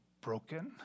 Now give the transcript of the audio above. broken